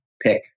pick